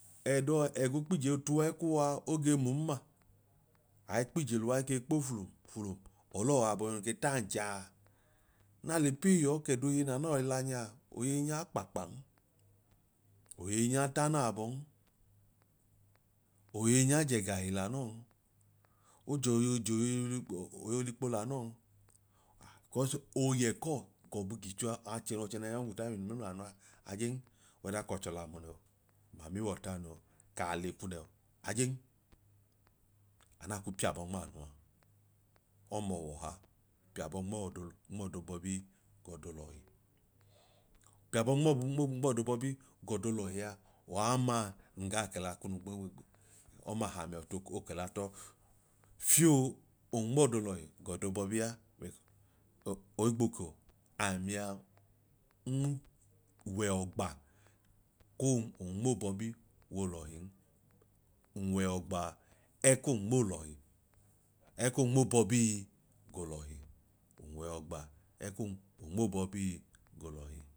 Ẹdọọ ẹgoo kpiji tu ẹkuwa oge mun ma, ai kp'ije luwa ekei kpo flu flu ọlọọ aabọinu ke ta acha a, naa l'ipeyi yọọ k'ẹdoyeyi naa nọọ la nyaa oyeyi nyaa kpaakpa'n oyeyi nyaa tanọ abọ'n, oyeyi nyaa j'ẹgahi l'anọọ'n, ojoyeyi joyeyioli oyeyi olikpo lanọọ'n cọs oo yẹ kọọ gọbu gicho a, achẹ ọchẹ nai nyọ guta inu mẹmlanua ajen wheather k'ọchọlamu nẹo, mamiwọta nẹo kaalekwu nẹo ajen anaa kuu piabọ nma anu a, ọma ọwọha piabọ nmọọdo nmọọdo bbọbi g'ọdo lọhi. Piabọ nmọ nmọ ọdobọbi gọ doolọhia waa ọmaa nun gaa kẹla kunu gbọb ọmaa hamia ọtu koo kẹla tọọ fioo onmọọdo lọhi g'ọdo bọbia ohigbo kọ amia n wẹ ọgba ku onmoobọbioolọhin, n wẹ ọgba ẹkum nmoolọhi ekum nmoobọbiig'olọhi, n wẹ ọgba ekum onmoobọbii g'olọhi